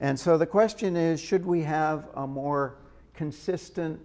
and so the question is should we have a more consistent